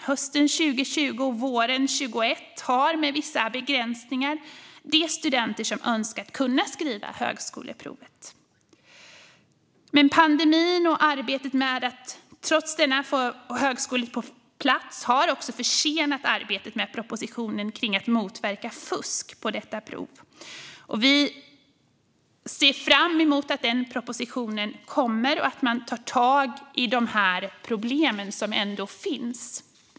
Hösten 2020 och våren 2021 har, med vissa begränsningar, de studenter som så önskat kunnat skriva högskoleprovet. Pandemin och arbetet med att trots denna få högskoleprovet på plats har dock försenat arbetet med propositionen för att motverka fusk på detta prov. Vi ser fram emot att denna proposition kommer och att man tar tag i de problem som finns.